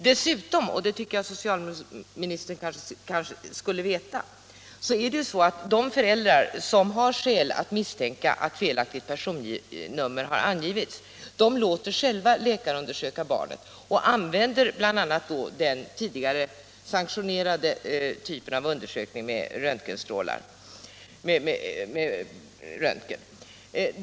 Dessutom — och det tycker jag att socialministern skulle veta — låter de föräldrar som har skäl att misstänka att ett felaktigt personnummer har angivits själva läkarundersöka barnet och använder då bl.a. den tidigare sanktionerade typen av undersökning med röntgen.